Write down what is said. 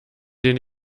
den